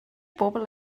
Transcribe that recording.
bobl